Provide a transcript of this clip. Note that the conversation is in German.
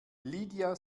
lydia